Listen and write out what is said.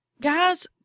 guys